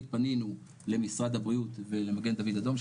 פנינו למשרד הבריאות ולמגן דוד אדום,